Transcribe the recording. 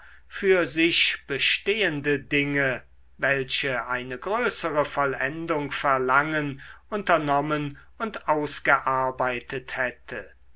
für sich bestehende dinge welche eine größere vollendung verlangen unternommen und ausgearbeitet hätte